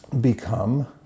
become